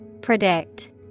Predict